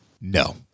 No